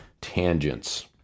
tangents